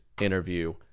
interview